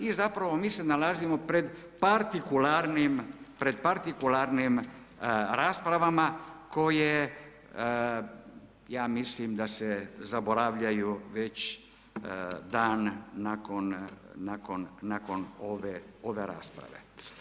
I zapravo mi se nalazimo pred partikularnim, pred partikularnim raspravama koje ja mislim da se zaboravljaju već dan nakon ove rasprave.